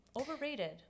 Overrated